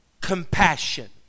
compassion